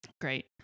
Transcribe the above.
great